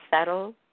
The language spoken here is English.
settle